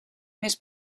més